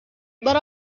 but